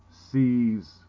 sees